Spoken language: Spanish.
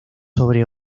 sobre